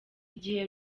igihe